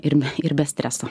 ir ir be streso